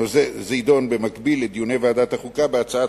נושא זה יידון במקביל לדיוני ועדת החוקה בהצעת